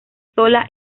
sola